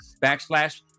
backslash